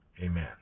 amen